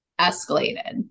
escalated